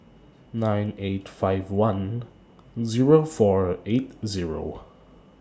nine eight five one Zero four eight Zero